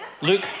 Luke